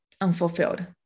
unfulfilled